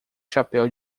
chapéu